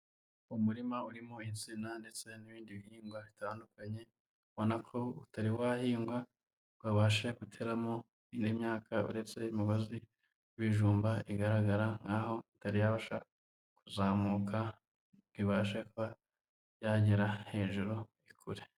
Umurima urimo insina ndetse n'ibindi bihingwa bitandukanye, ubona ko utari wahingwa, ngo babashe guteramo indi myaka uretse imigozi y'ibijumba igaragara nkaho itari yabasha kuzamuka ibashe kuba yagera hejuru, ikure.